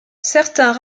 certains